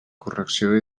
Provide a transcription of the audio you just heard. correcció